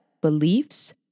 beliefs